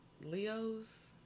Leo's